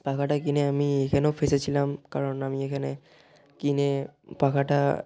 পাখাটা কিনে আমি এখানেও ফেঁসেছিলাম কারণ আমি এখানে কিনে পাখাটা